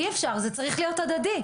אי אפשר, זה צריך להיות הדדי.